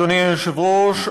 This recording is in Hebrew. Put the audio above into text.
אדוני היושב-ראש,